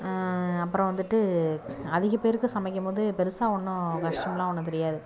அப்புறம் வந்துட்டு அதிக பேருக்கு சமைக்கும் போது பெருசாக ஒன்றும் கஷ்டமெலாம் ஒன்றும் தெரியாது